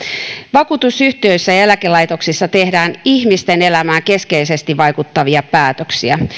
vakuutusyhtiöissä ja ja eläkelaitoksissa tehdään ihmisten elämään keskeisesti vaikuttavia päätöksiä